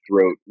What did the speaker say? throat